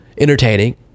entertaining